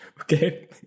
Okay